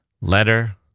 letter